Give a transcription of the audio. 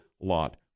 lot